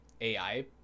AI